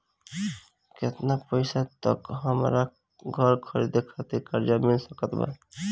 केतना पईसा तक हमरा घर खरीदे खातिर कर्जा मिल सकत बा?